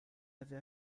avait